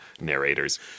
narrators